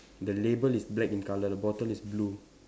the label is black in colour the bottle is blue